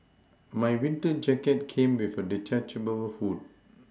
my winter jacket came with a detachable hood